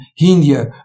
India